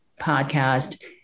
podcast